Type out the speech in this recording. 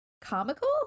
comical